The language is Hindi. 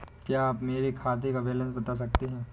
क्या आप मेरे खाते का बैलेंस बता सकते हैं?